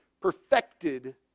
perfected